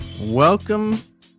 Welcome